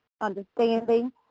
understanding